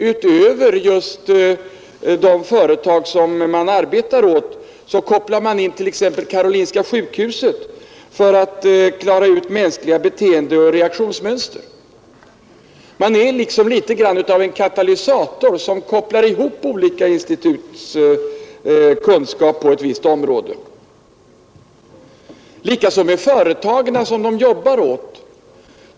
Utöver just de företag man arbetar åt, kopplar man in t.ex. Karolinska sjukhuset för att klara ut mänskliga beteendeoch reaktionsmönster. Man är liksom en katalysator som kopplar ihop olika instituts kunskaper på ett visst område. Detsamma gäller de företag som provningsanstalten arbetar åt.